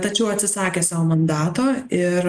tačiau atsisakė savo mandato ir